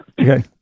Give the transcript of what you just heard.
Okay